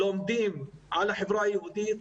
לומדים על החברה היהודית,